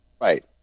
Right